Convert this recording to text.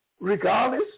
regardless